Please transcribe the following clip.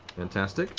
fantastic,